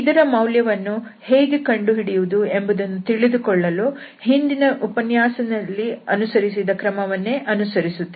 ಇದರ ಮೌಲ್ಯವನ್ನು ಹೇಗೆ ಕಂಡುಹಿಡಿಯುವುದು ಎಂಬುದನ್ನು ತಿಳಿದುಕೊಳ್ಳಲು ಹಿಂದಿನ ಉಪನ್ಯಾಸದಲ್ಲಿ ಅನುಸರಿಸಿದ ಕ್ರಮವನ್ನೇ ಅನುಕರಿಸುತ್ತವೆ